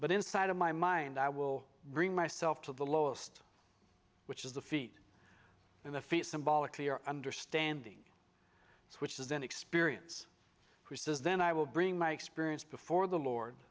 but inside of my mind i will bring myself to the lowest which is the feet and the feet symbolically or understanding which is then experience who says then i will bring my experience before the lord